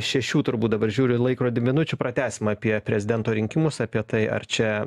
šešių turbūt dabar žiūriu į laikrodį minučių pratęsim apie prezidento rinkimus apie tai ar čia